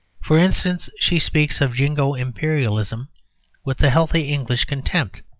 for instance, she speaks of jingo imperialism with a healthy english contempt